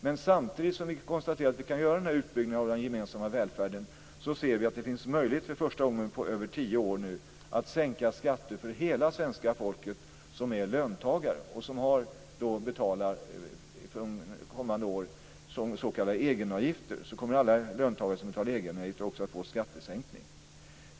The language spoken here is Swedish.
Men samtidigt som vi konstaterar att vi kan göra denna utbyggnad av den gemensamma välfärden ser vi att det finns möjlighet att för första gången på över tio år sänka skatter för hela den del av svenska folket som är löntagare och som betalar s.k. egenavgifter de kommande åren. Alla löntagare som betalar egenavgifter kommer också att få skattesänkning.